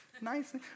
nice